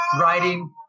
writing